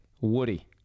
Woody